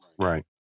Right